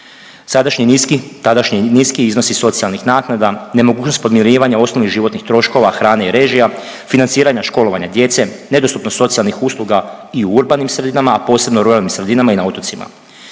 tadašnji niski iznosi socijalnih naknada, nemogućnost podmirivanja osnovnih životnih troškova, hrane i režija, financiranja školovanja djece, nedostupnost socijalnih usluga i u urbanim sredinama, a posebno ruralnim sredinama i na otocima.